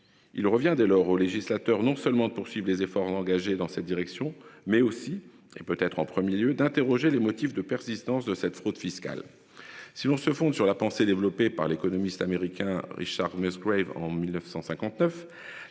Il revient dès lors au législateur non seulement de poursuivre les efforts engagés dans cette direction, mais aussi et peut-être en 1er lieu d'interroger les motifs de persistance de cette fraude fiscale. Si l'on se fonde sur la pensée développée par l'économiste américain Richard mais en 1959,